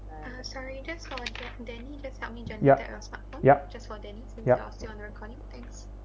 yup yup yup